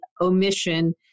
omission